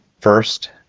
first